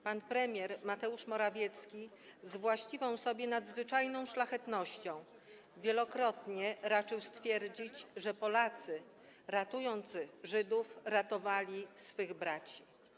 Pan premier Mateusz Morawiecki z właściwą sobie nadzwyczajną szlachetnością wielokrotnie raczył stwierdzić, że Polacy, ratując Żydów, ratowali swych braci.